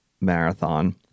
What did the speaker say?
marathon